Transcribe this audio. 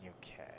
okay